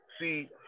See